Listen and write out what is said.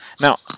Now